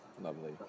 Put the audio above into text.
Lovely